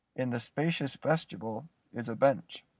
in the spacious vestibule is a bench,